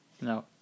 No